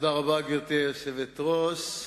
גברתי היושבת-ראש,